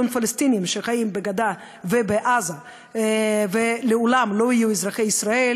פלסטינים שחיים בגדה ובעזה ולעולם לא יהיו אזרחי ישראל